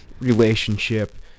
relationship